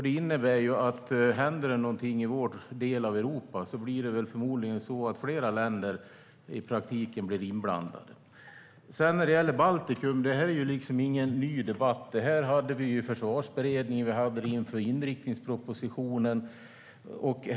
Det innebär att om det händer något i vår del av Europa blir det förmodligen så att flera länder i praktiken blir inblandade. Debatten om Baltikum är inte ny. Vi hade den i Försvarsberedningen och inför inriktningspropositionen.